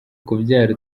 kubyara